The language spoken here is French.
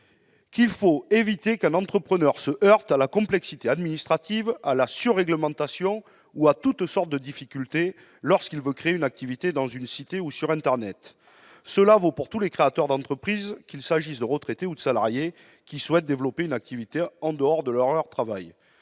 « Il faut éviter qu'un entrepreneur se heurte à la complexité administrative, à la sur-réglementation ou à toute sorte de difficultés, lorsqu'il veut créer une activité dans une cité ou sur internet. Cela vaut pour tous les créateurs d'entreprise, qu'il s'agisse de retraités ou de salariés, qui souhaitent développer une activité en dehors de leur travail.